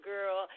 Girl